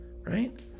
right